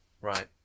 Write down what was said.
Right